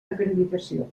acreditació